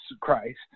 Christ